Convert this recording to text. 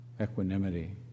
equanimity